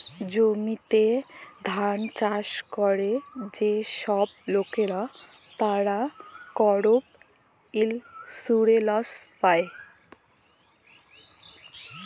জমিতে ধাল চাষ ক্যরে যে ছব লকরা, তারা করপ ইলসুরেলস পায়